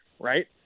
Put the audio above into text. Right